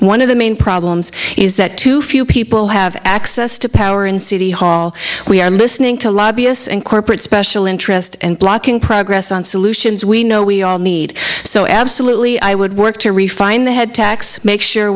one of the main problems is that too few people have access to power in city hall we are listening to lobbyists and corporate special interest and blocking progress on solutions we know we all need so absolutely i would work to refine the head tax make sure